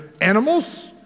animals